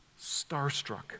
starstruck